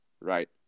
right